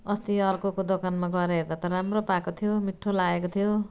अस्ति अर्कोको दोकानमा गएर हेर्दा त राम्रो पाएको थियो मिठो लागेको थियो